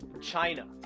China